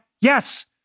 Yes